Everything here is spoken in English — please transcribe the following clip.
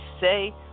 say